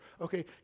Okay